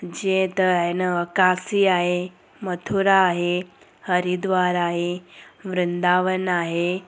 जीअं त हिन काशी आहे मथुरा आहे हरिद्वार आहे वृन्दावन आहे